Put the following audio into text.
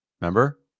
Remember